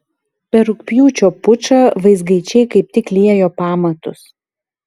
per rugpjūčio pučą vizgaičiai kaip tik liejo pamatus